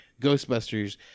Ghostbusters